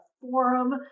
forum